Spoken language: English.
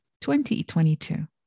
2022